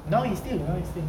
now he still now he still